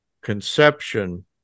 conception